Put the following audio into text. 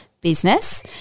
business